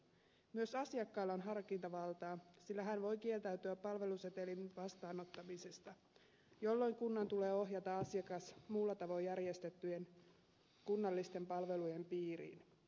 myös asiakkaalla on harkintavaltaa sillä hän voi kieltäytyä palvelusetelin vastaanottamisesta jolloin kunnan tulee ohjata asiakas muulla tavoin järjestettyjen kunnallisten palvelujen piiriin